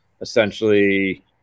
Essentially